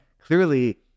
clearly